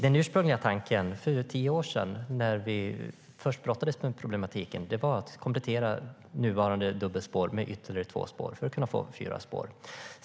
Den ursprungliga tanken för tio år sedan, när vi först brottades med problematiken, var att komplettera nuvarande dubbelspår med ytterligare två spår för att kunna få fyra spår.